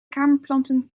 kamerplanten